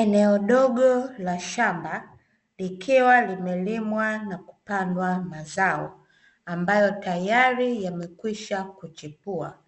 Eneo dogo la shamba likiwa limelimwa na kupandwa mazao ambayo tayari yamekwisha kuchipua